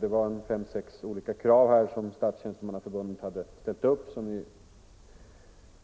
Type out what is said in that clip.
Det var fem sex olika krav som Statstjänstemannaförbundet hade ställt upp och som vi